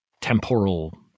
temporal